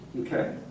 Okay